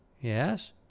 Yes